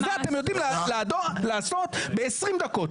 את זה אתם יודעים לעשות בעשרים דקות.